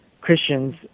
Christians